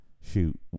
shoot